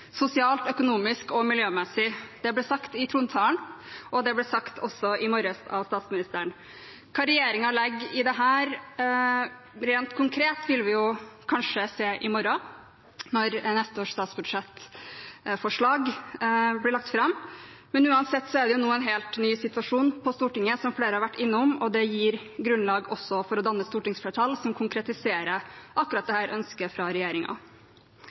sosialt, økonomisk og miljømessig. Det ble sagt i trontalen, og det ble også sagt av statsministeren i morges. Hva regjeringen legger i dette rent konkret, vil vi kanskje se i morgen, når neste års statsbudsjettforslag blir lagt fram. Uansett er det nå en helt ny situasjon på Stortinget – som flere har vært innom – og det gir grunnlag for også å danne et stortingsflertall som konkretiserer akkurat dette ønsket fra